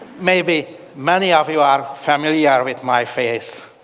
maybe many of you are familiar with my face.